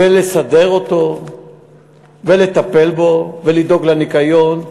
ולסדר אותו ולטפל בו ולדאוג לניקיון.